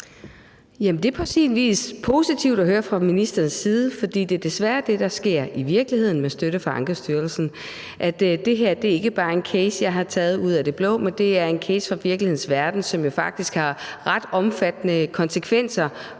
sin vis positivt at høre fra ministerens side, for det er desværre det, der i virkeligheden sker med støtte fra Ankestyrelsen. Og det her er ikke bare en case, jeg har taget ud af det blå, men det er en case fra virkelighedens verden, som jo faktisk har ret omfattende konsekvenser